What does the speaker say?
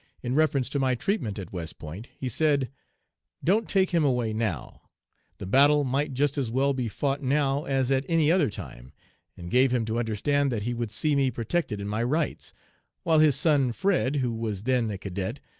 in reference to my treatment at west point, he said don't take him away now the battle might just as well be fought now as at any other time and gave him to understand that he would see me protected in my rights while his son fred, who was then a cadet,